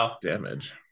damage